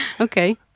Okay